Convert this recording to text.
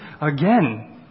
again